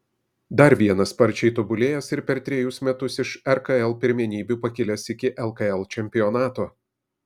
dar vienas sparčiai tobulėjęs ir per trejus metus iš rkl pirmenybių pakilęs iki lkl čempionato